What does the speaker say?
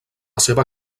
seva